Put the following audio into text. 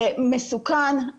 זה מסוכן,